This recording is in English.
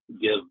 give